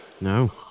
no